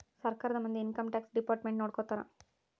ಸರ್ಕಾರದ ಮಂದಿ income tax department ನೊಡ್ಕೋತರ